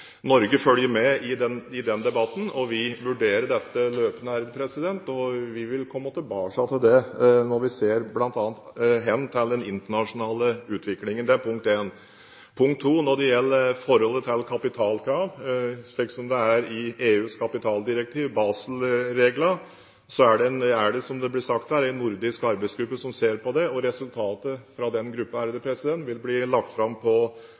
Norge følger med i den debatten, og vi vurderer dette løpende. Vi vil komme tilbake til det når vi bl.a. ser hen til den internasjonale utviklingen – det er punkt én. Punkt to: Når det gjelder forholdet til kapitalkrav, slik som det er i EUs kapitaldirektiv, Basel III-reglene, er det, som det ble sagt her, en nordisk arbeidsgruppe som ser på det. Resultatet fra den gruppen vil bli lagt fram på